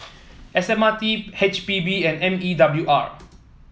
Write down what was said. S M R T H P B and M E W R